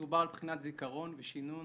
דובר על בחינת זיכרון ושינון.